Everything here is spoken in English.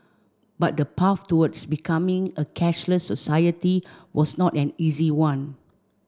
but the path towards becoming a cashless society was not an easy one